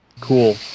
Cool